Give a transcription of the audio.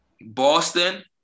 Boston